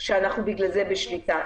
שבגלל זה אנחנו בשליטה.